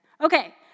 Okay